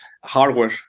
hardware